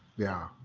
yeah.